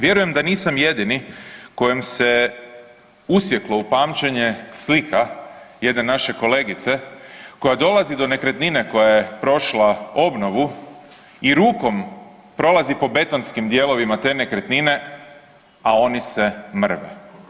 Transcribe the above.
Vjerujem da nisam jedini kojim se usjeklo u pamćenje slika jedne naše kolegice koja dolazi do nekretnine koja je prošla obnovu i rukom prolazi po betonskim dijelovima te nekretnine, a oni se mrve.